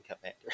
commander